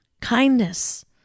Kindness